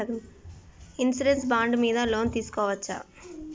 Insurance bond మీద loan తీస్కొవచ్చా?